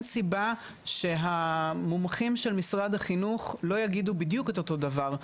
סיבה שהמומחים של משרד החינוך לא יגידו בדיוק את אותו דבר.